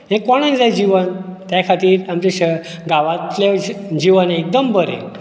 हें कोणाक जाय जीवन त्या खातीर आमचे गांवांतलें जीवन एकदम बरें